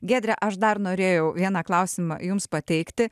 giedre aš dar norėjau vieną klausimą jums pateikti